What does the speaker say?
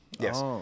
Yes